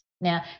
Now